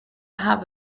have